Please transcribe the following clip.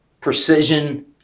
precision